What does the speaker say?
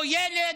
או ילד,